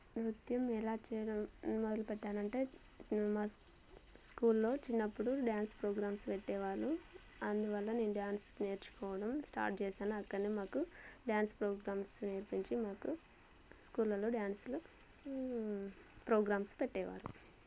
నృత్యం ఎలా చేయడం మొదలుపెట్టానంటే మా స్కూళ్ళో చిన్నప్పుడు డ్యాన్స్ ప్రోగ్రామ్స్ పెట్టేవాళ్ళు అందువల్ల నేను డ్యాన్స్ నేర్చుకోవడం స్టార్ట్ చేశాను అక్కడ్నే మాకు డ్యాన్స్ ప్రోగ్రామ్స్ నేర్పించి మాకు స్కూళ్ళల్లో డ్యాన్స్లు ప్రోగ్రామ్స్ పెట్టేవారు